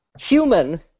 human